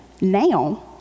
now